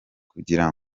kugira